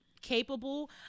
capable